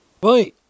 Bye